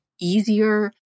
easier